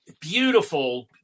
beautiful